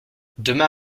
demain